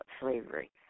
slavery